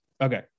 okay